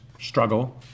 struggle